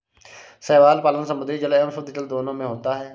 शैवाल पालन समुद्री जल एवं शुद्धजल दोनों में होता है